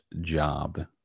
job